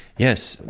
yes.